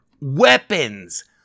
weapons